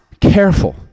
careful